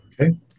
Okay